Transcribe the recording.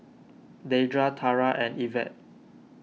Deidra Tarah and Yvette